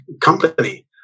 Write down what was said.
company